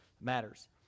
matters